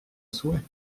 souhait